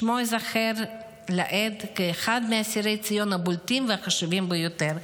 שמו ייזכר לעד כאחד מאסירי ציון הבולטים והחשובים ביותר.